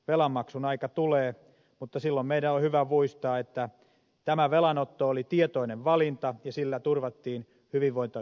velanmaksun aika tulee mutta silloin meidän on hyvä muistaa että tämä velanotto oli tietoinen valinta ja sillä turvattiin prihoilta